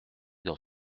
dans